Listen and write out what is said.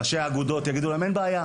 ראשי האגודות יגידו להם: "אין בעיה,